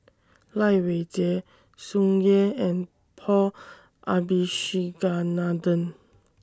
Lai Weijie Tsung Yeh and Paul Abisheganaden